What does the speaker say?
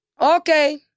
okay